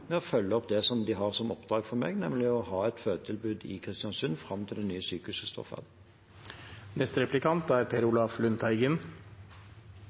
med å følge opp det som er oppdraget fra meg, nemlig å ha et fødetilbud i Kristiansund fram til det nye sykehuset